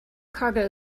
cargo